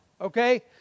Okay